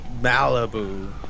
Malibu